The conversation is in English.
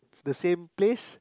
the same place